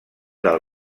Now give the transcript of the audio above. del